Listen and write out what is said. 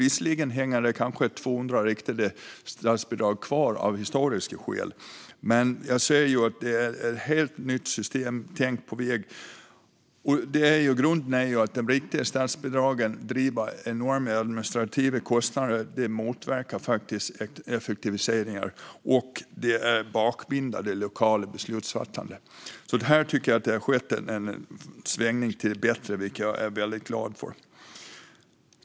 Visserligen hänger det kvar kanske 200 riktade statsbidrag av historiska orsaker, men jag ser att det är ett helt nytt systemtänk på väg. Grunden är att de riktade statsbidragen driver enorma administrativa kostnader, motverkar effektiviseringar och bakbinder det lokala beslutsfattandet. Här tycker jag att det har skett en svängning till det bättre, vilket jag är väldigt glad för.